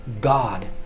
God